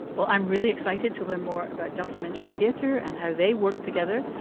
well, i'm really excited to learn more about documentary theater and how they worked together.